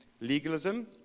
legalism